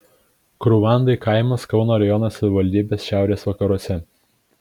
krūvandai kaimas kauno rajono savivaldybės šiaurės vakaruose